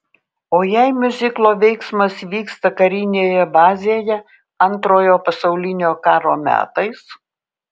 o jei miuziklo veiksmas vyksta karinėje bazėje antrojo pasaulinio karo metais